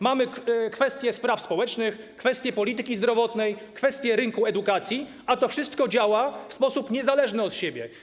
Mamy kwestie spraw społecznych, kwestie polityki zdrowotnej, kwestie rynku edukacji, a to wszystko działa w sposób niezależny od siebie.